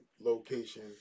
location